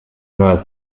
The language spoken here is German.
moers